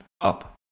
up